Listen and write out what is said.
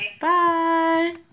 Bye